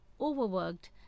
overworked